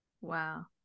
Wow